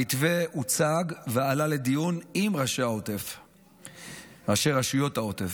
המתווה הוצג ועלה לדיון עם ראשי רשויות העוטף,